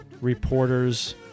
reporters